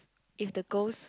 if the girls